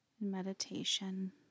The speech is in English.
meditation